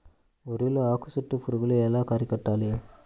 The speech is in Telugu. వరిలో ఆకు చుట్టూ పురుగు ఎలా అరికట్టాలి?